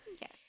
Yes